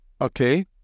okay